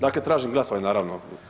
Dakle tražim glasovanje naravno.